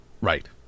Right